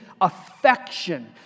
affection